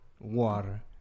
water